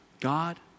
God